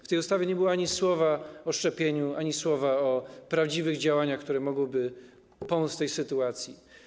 W tej ustawie nie było ani słowa o szczepieniu, ani słowa o prawdziwych działaniach, które mogłyby pomóc w tej sytuacji.